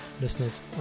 listeners